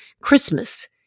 Christmas